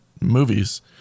movies